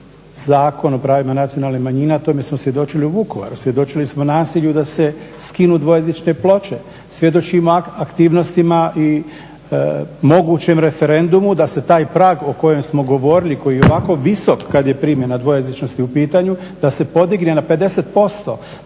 Zakon o pravima nacionalnih manjina, tome smo svjedočili u Vukovaru, svjedočili smo nasilju da se skinu dvojezične ploče, svjedočimo aktivnostima i mogućem referendumu da se taj prag o kojem smo govorili koji je i ovako visok kada je primjena dvojezičnosti u pitanju da se podigne na 50%.